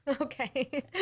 okay